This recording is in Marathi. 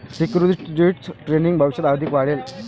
सिक्युरिटीज ट्रेडिंग भविष्यात अधिक वाढेल